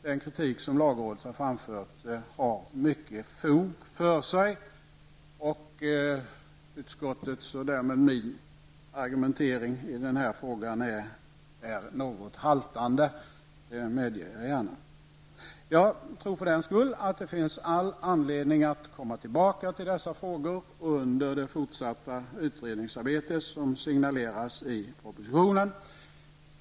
Den kritik som lagrådet har framfört har mycket fog för sig, och utskottets och därmed min argumentering i denna fråga är något haltande, det medger jag gärna. Jag tror för den skull att det finns all anledning att komma tillbaka till dessa frågor under det fortsatta utredningsarbete som signaleras i propositionen.